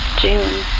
June